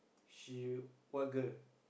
she what girl